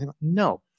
No